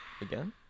Again